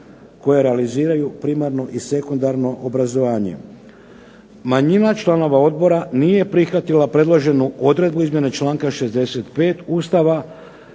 koje realiziraju primarno i sekundarno obrazovanje. Manjina članova odbora nije prihvatila predloženu odredbu izmjene članka 65. Ustava,